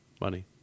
money